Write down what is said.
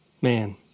man